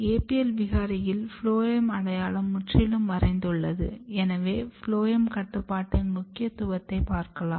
APL விகாரியில் phloem அடையாளம் முற்றிலும் மறைந்துள்ளது எனவே ஃபுளோயம் கட்டுப்பாட்டின் முக்கியத்துவத்தை பார்க்கலாம்